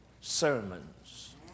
sermons